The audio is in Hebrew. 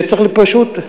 שצריך פשוט,